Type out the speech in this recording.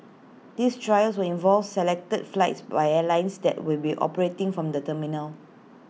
this trials will involve selected flights by airlines that will be operating from the terminal